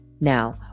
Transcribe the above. Now